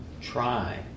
try